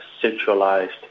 centralized